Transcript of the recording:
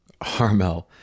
harmel